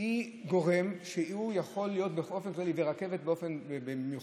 היא גורם שהוא יכול, באופן כללי, ורכבת במיוחד,